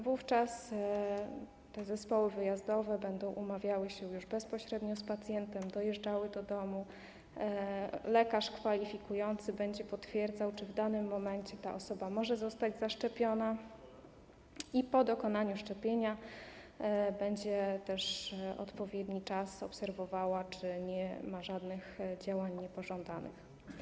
Wówczas te zespoły wyjazdowe będą umawiały się już bezpośrednio z pacjentem, dojeżdżały do domu, lekarz kwalifikujący będzie potwierdzał, czy w danym momencie ta osoba może zostać zaszczepiona i po zaszczepieniu będzie też przez odpowiedni czas obserwował, czy nie ma żadnych działań niepożądanych.